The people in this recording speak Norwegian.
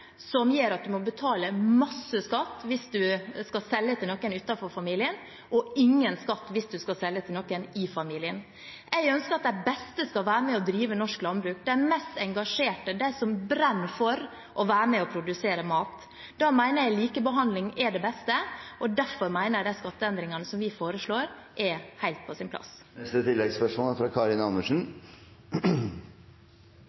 som gjør at man må betale masse skatt hvis man skal selge til noen utenfor familien, og ingen skatt hvis man skal selge til noen i familien. Jeg ønsker at de beste skal være med på å drive norsk landbruk, de mest engasjerte, de som brenner for å være med på å produsere mat. Da mener jeg likebehandling er det beste, og derfor mener jeg de skatteendringene som vi foreslår, er helt på sin plass. Karin Andersen – til oppfølgingsspørsmål. Mange har beskrevet dette forslaget fra